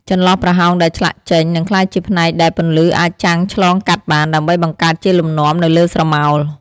ចន្លោះប្រហោងដែលឆ្លាក់ចេញ នឹងក្លាយជាផ្នែកដែលពន្លឺអាចចាំងឆ្លងកាត់បាន ដើម្បីបង្កើតជាលំនាំនៅលើស្រមោល។